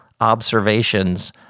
observations